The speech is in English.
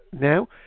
now